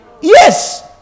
yes